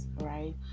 right